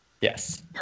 yes